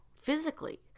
physically